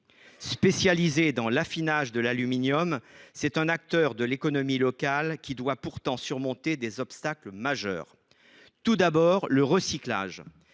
Spécialisé dans l’affinage de l’aluminium, cet acteur de l’économie locale doit pourtant surmonter des obstacles majeurs. Tout d’abord, il y a le recyclage.